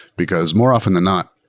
because more often than not,